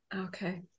Okay